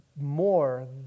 more